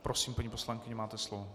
Prosím, paní poslankyně, máte slovo.